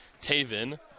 Taven